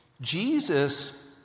Jesus